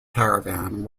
caravan